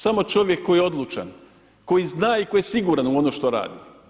Samo čovjek koji je odlučan, koji zna i koji je siguran u ono što radi.